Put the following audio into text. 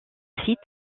sites